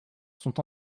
sont